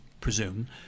presume